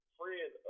friend